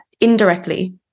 indirectly